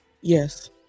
Yes